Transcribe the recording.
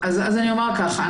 אז אני אומר ככה.